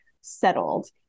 settled